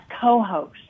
co-host